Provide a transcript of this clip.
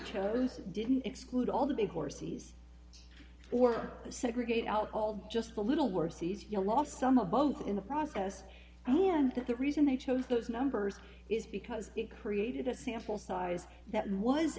chose didn't exclude all the big horses or segregate out all just a little worse sees you lost some of both in the process and the reason they chose those numbers is because it created a sample size that was